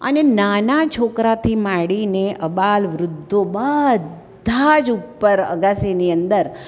અને નાના છોકરાથી માંડીને અબાલ વૃદ્ધો બધા જ ઉપર અગાસીની અંદર